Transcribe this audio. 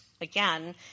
Again